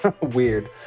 Weird